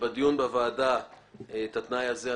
בדיון בוועדה הסרנו את התנאי הזה,